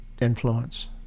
influence